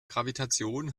gravitation